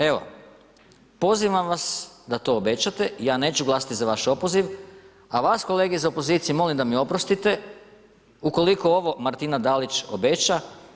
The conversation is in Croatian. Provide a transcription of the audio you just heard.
Evo, pozivam vas da to obećate, ja neću glasati za vaš opoziv, a vas kolege iz opozicije, molim da mi oprostite, ukoliko ovo Martina Dalić, obećao.